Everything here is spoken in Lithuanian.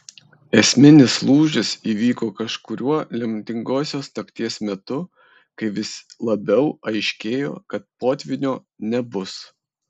esminis lūžis įvyko kažkuriuo lemtingosios nakties metu kai vis labiau aiškėjo kad potvynio nebus